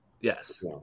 yes